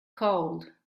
cold